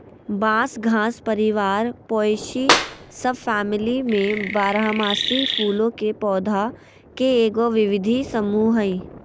बांस घास परिवार पोएसी सबफैमिली में बारहमासी फूलों के पौधा के एगो विविध समूह हइ